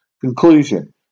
Conclusion